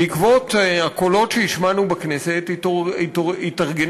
בעקבות הקולות שהשמענו בכנסת התארגנו